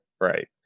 right